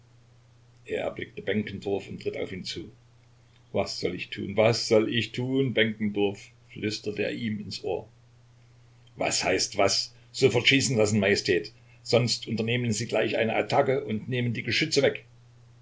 er erblickte benkendorf und ritt auf ihn zu was soll ich tun was soll ich tun benkendorf flüsterte er ihm ins ohr was heißt was sofort schießen lassen majestät sonst unternehmen sie gleich eine attacke und nehmen die geschütze weg